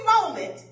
moment